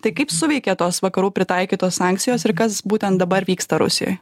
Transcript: tai kaip suveikė tos vakarų pritaikytos sankcijos ir kas būtent dabar vyksta rusijoj